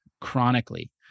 chronically